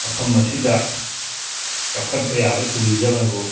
ꯃꯐꯝ ꯑꯁꯤꯗ ꯆꯥꯎꯈꯠꯄ ꯌꯥꯕ ꯇꯨꯔꯤꯖꯝ ꯍꯥꯏꯕꯨ